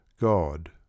God